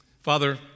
Father